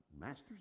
masters